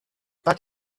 but